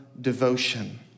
devotion